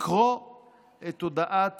לקרוא את הודעת